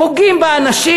פוגעים באנשים,